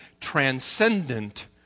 transcendent